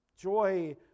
Joy